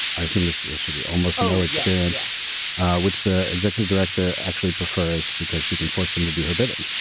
i assume this this would be almost no experience which the executive director actually prefers because she can force them to do her bidding.